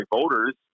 voters